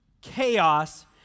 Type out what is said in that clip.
chaos